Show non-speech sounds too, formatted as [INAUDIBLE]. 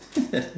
[LAUGHS]